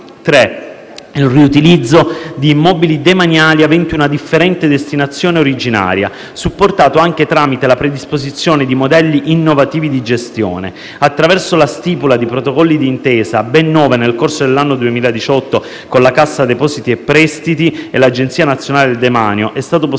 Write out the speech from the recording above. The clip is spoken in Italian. il riutilizzo di immobili demaniali aventi una differente destinazione originaria, supportato anche tramite la predisposizione di modelli innovativi di gestione. Attraverso la stipula di protocolli d'intesa (ben nove nel corso dell'anno 2018) con la Cassa depositi e prestiti e l'Agenzia nazionale del demanio, è stato possibile